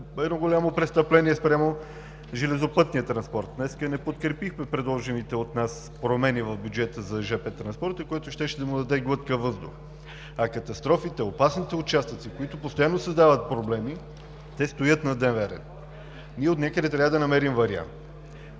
едно голямо престъпление спрямо железопътния транспорт. Днес не подкрепихме предложените от нас промени в бюджета за железопътния транспорт, което щеше да му даде глътка въздух. А катастрофите, опасните участъци, които постоянно създават проблеми, стоят на дневен ред. Ние отнякъде трябва да намерим вариант.